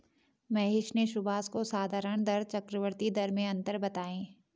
महेश ने सुभाष को साधारण दर चक्रवर्ती दर में अंतर बताएं